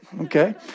Okay